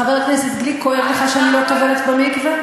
חבר הכנסת גליק, כואב לך שאני לא טובלת במקווה?